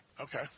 Okay